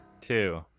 two